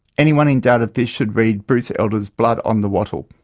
anyone in doubt of this should read bruce elder's blood on the wattle.